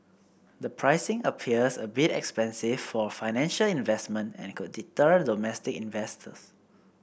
the pricing appears a bit expensive for a financial investment and could deter domestic investors